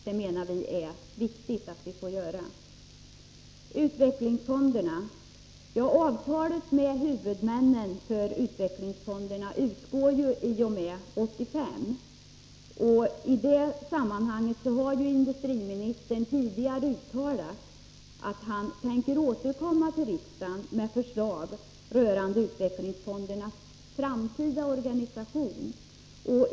Vi anser att det är viktigt att vi får göra det. Avtalet med huvudmännen för utvecklingsfonderna utgår ju i och med 1985. Industriministern har tidigare uttalat att han i det sammanhanget tänker återkomma till riksdagen med förslag rörande utvecklingsfondernas framtida organisation.